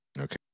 Okay